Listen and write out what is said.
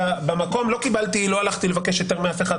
לא הלכתי לבקש היתר מאף אחד,